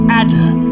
adder